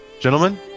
Gentlemen